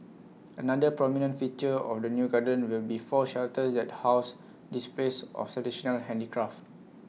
another prominent feature of the new garden will be four shelters that house displays of traditional handicraft